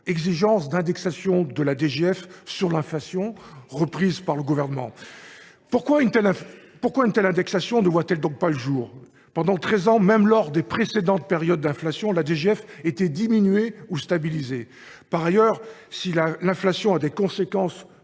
exigence d’indexation de la DGF sur l’inflation reprise par le Gouvernement… Eh oui, c’est normal ! Pourquoi une telle indexation ne voit elle pas le jour ? Pendant treize ans, même lors des précédentes périodes d’inflation, la DGF était diminuée ou stabilisée. Par ailleurs, si l’inflation a des conséquences